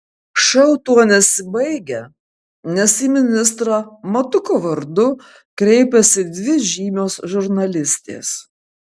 šou tuo nesibaigia nes į ministrą matuko vardu kreipiasi dvi žymios žurnalistės